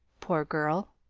poor girl!